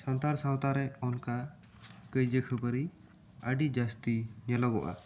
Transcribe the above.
ᱥᱟᱱᱛᱟᱲ ᱥᱟᱶᱛᱟ ᱨᱮ ᱚᱱᱠᱟ ᱠᱟᱹᱭᱡᱟᱹ ᱠᱷᱟᱹᱯᱟᱹᱨᱤ ᱟᱹᱰᱤ ᱡᱟᱹᱥᱛᱤ ᱧᱮᱞᱚᱜᱚᱜ ᱟ